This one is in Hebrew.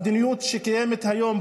המדיניות שקיימת היום,